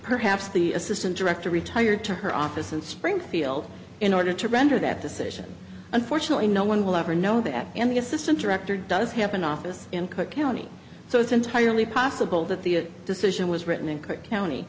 perhaps the assistant director retired to her office in springfield in order to render that decision unfortunately no one will ever know that at the center rector does have an office in cook county so it's entirely possible that the decision was written in co